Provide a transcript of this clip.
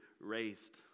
raised